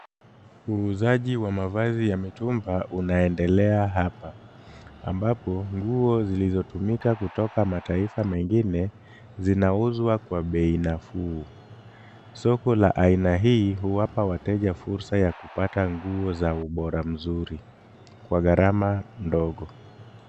Uuzaji wa mavazi ya mitumba unaendelea hapa, ambapo nguo zilizotumika kutoka mataifa mengine zinauzwa kwa bei nafuu. Soko la aina hii huwapa wateja fursa ya kupata nguo za ubora mzuri kwa gharama ndogo.